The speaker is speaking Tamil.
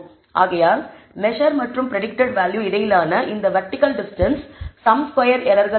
ஆகையால் மெஸர் மற்றும் பிரடிக்டட் வேல்யூ இடையிலான இந்த வெர்டிகல் டிஸ்டன்ஸ் சம் ஸ்கொயர் எரர்கள் ஆகும்